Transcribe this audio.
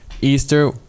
Easter